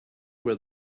where